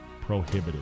prohibited